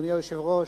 אדוני היושב-ראש,